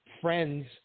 friends